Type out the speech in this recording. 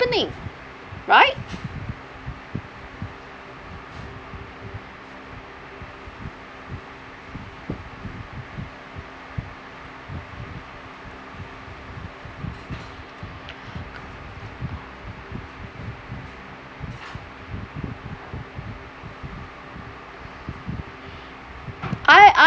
happening right I I